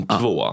två